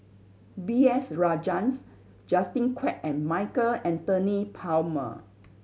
B S Rajhans Justin Quek and Michael Anthony Palmer